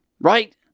Right